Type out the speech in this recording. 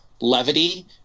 levity